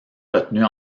retenue